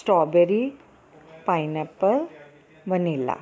strawberry pineapple vanilla